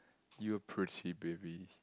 you're pretty baby